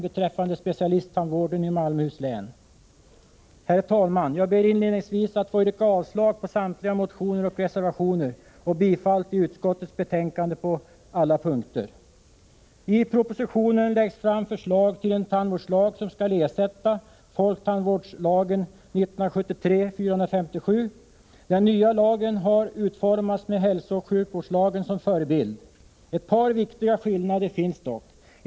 beträffande specialisttandvården i Malmöhus län. Herr talman! Jag ber inledningsvis att få yrka avslag på samtliga motioner och reservationer och bifall till utskottets hemställan på alla punkter. I propositionen läggs fram förslag till en tandvårdslag som skall ersätta folktandvårdslagen 1973:457. Den nya lagen har utformats med hälsooch sjukvårdslagen som förebild. Ett par viktiga skillnader finns dock.